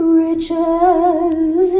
riches